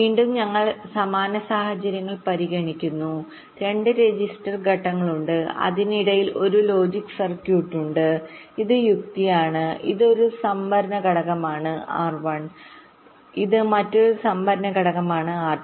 വീണ്ടും ഞങ്ങൾ സമാന സാഹചര്യങ്ങൾ പരിഗണിക്കുന്നു രണ്ട് രജിസ്റ്റർ ഘട്ടങ്ങളുണ്ട് അതിനിടയിൽ ഒരു ലോജിക് സർക്യൂട്ട് ഉണ്ട് ഇത് യുക്തിയാണ് ഇത് ഒരു സംഭരണ ഘടകമാണ് R1 ഇത് മറ്റൊരു സംഭരണ ഘടകമാണ് R2